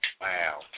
wow